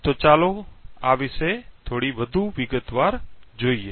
તો ચાલો આ વિશે થોડી વધુ વિગતવાર જોઈએ